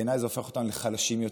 בעיניי זה הופך אותנו לחלשים יותר.